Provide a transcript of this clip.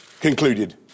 concluded